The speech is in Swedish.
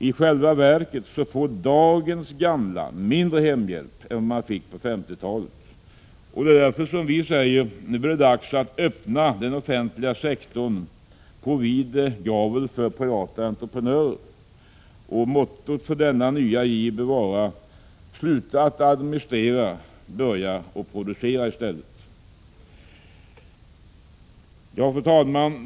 I själva verket får dagens gamla mindre hemhjälp än vad man fick på 50-talet. Det är därför som vi säger: Nu är det dags att öppna den offentliga sektorn på vid gavel för privata entreprenörer. Mottot för denna nya giv bör vara: Sluta administrera, börja producera! Fru talman!